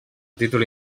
títol